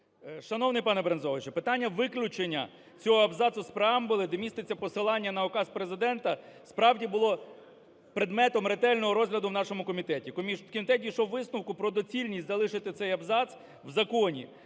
Шановний панеБрензович, питання виключення цього абзацу з преамбули, де міститься посилання на указ Президента, справді, було предметом ретельного розгляду в нашому комітеті. Комітет дійшов висновку про доцільність залишити цей абзац в законі.